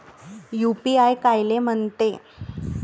UPI कायले म्हनते?